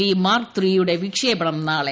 V mark ദ യുടെ വിക്ഷേപണം നാളെ